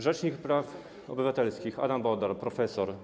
Rzecznik praw obywatelskich Adam Bodnar, profesor.